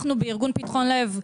אנחנו בארגון פתחון-לב,